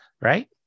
right